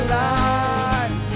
life